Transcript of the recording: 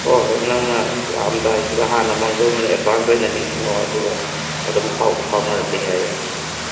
ꯍꯣꯏ ꯍꯣꯏ ꯅꯪꯅ ꯂꯥꯛꯑꯝꯗꯥꯏꯗꯨꯗ ꯍꯥꯟꯅ ꯃꯥꯡꯖꯧꯅꯅ ꯑꯦꯠꯕꯥꯟꯁ ꯑꯣꯏꯅ ꯅꯤꯡꯁꯤꯡꯉꯛꯑꯣ ꯑꯗꯨꯒ ꯑꯗꯨꯝ ꯄꯥꯎꯗꯨ ꯐꯥꯎꯅꯔꯁꯤ ꯌꯥꯏꯌꯦ